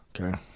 okay